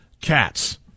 cats